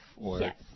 Yes